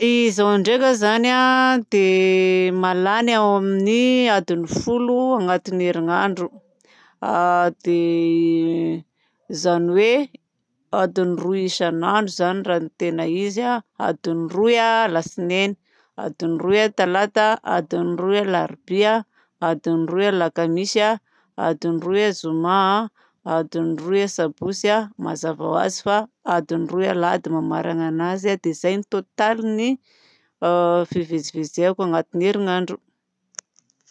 Izaho ndraika zany dia mahalany eo amin'ny adiny folo anatiny herinandro. Dia izany hoe adiny roa isanandro zany raha ny tena izy adiny roa alatsinainy adiny roa talata adiny roa alarobia adiny roa alakamisy adiny roa zoma adiny roa sabotsy mazava ho azy adiny roa alahady dia izay totaliny fivezivezezeko anatiny herinandro.